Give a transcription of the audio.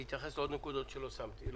תוכלו להתייחס לעוד נקודות שלא הוספתי.